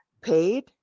paid